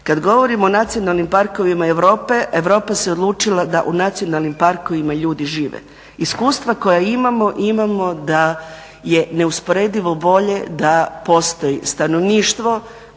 Kada govorimo o nacionalnim parkovima Europe, Europa se odlučila da u nacionalnim parkovima ljudi žive. Iskustva koja imamo, imamo da je neusporedivo bolje da postoji stanovništvo